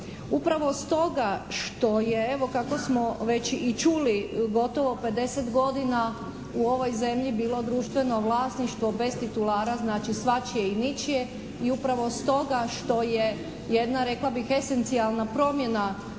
Upravo stoga što je, evo kako smo već i čuli, gotovo 50 godina u ovoj zemlji bilo društveno vlasništvo bez titulara, znači svačije i ničije, i upravo stoga što je jedna, rekla bih, esencijalna promjena